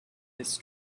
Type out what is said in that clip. its